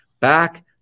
back